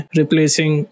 replacing